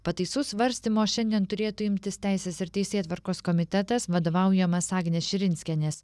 pataisų svarstymo šiandien turėtų imtis teisės ir teisėtvarkos komitetas vadovaujamas agnės širinskienės